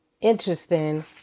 interesting